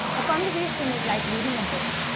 a conversation is like reading a book.